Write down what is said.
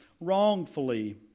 wrongfully